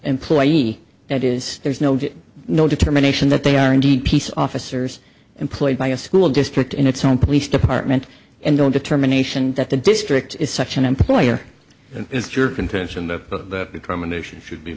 employee that is there's no no determination that they are indeed peace officers employed by a school district in its own police department and the determination that the district is such an employer and it's your contention that the determination should be